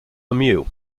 lemieux